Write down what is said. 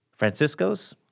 Francisco's